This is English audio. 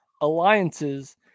alliances